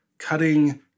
cutting